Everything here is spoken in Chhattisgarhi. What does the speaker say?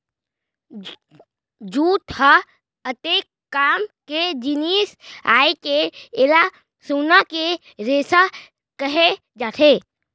जूट ह अतेक काम के जिनिस आय के एला सोना के रेसा कहे जाथे